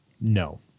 No